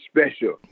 Special